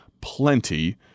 Plenty